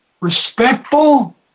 respectful